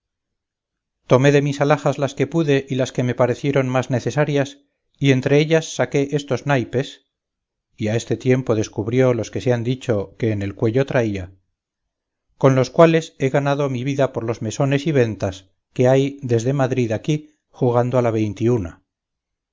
tomé de mis alhajas las que pude y las que me parecieron más necesarias y entre ellas saqué estos naipes y a este tiempo descubrió los que se han dicho que en el cuello traía con los cuales he ganado mi vida por los mesones y ventas que hay desde madrid aquí jugando a la veintiuna